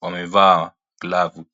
wamevaa glavu.